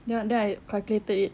then I then I calculated